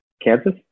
Kansas